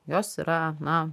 jos yra na